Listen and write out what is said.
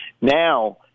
now